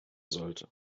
sollte